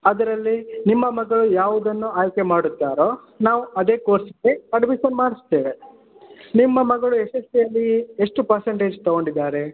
ಅದರಲ್ಲಿ ನಿಮ್ಮ ಮಗಳು ಯಾವುದನ್ನು ಆಯ್ಕೆ ಮಾಡುತ್ತಾರೋ ನಾವು ಅದೇ ಕೋರ್ಸ್ಗೆ ಅಡ್ಮಿಷನ್ ಮಾಡಿಸ್ತೇವೆ ನಿಮ್ಮ ಮಗಳು ಎಸ್ ಎಸ್ ಎಲ್ ಸಿಯಲ್ಲಿ ಎಷ್ಟು ಪರ್ಸಂಟೇಜ್ ತಗೊಂಡಿದ್ದಾರೆ